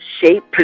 Shape